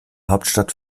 hauptstadt